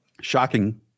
Shocking